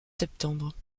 septembre